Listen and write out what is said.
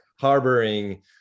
harboring